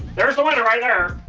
there's the winner right there.